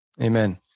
Amen